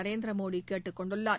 நரேந்திரமோடி கேட்டுக்கொண்டுள்ளார்